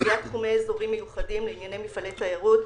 קביעת תחומי אזורים מיוחדים לענייני מפעלי תיירות,